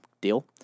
Deal